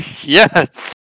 Yes